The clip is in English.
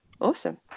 awesome